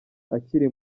akiri